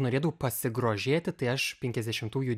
norėdavau pasigrožėti tai aš penkiasdešimtųjų